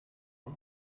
βρω